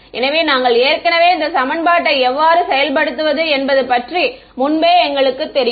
எனவே நாங்கள் ஏற்கனவே இந்த சமன்பாட்டை எவ்வாறு செயல்படுத்துவது என்பது பற்றி முன்பே எங்களுக்குத் தெரியும்